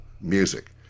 music